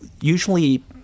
usually